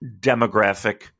demographic